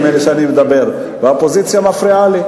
נדמה לי שאני מדבר והאופוזיציה מפריעה לי,